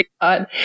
God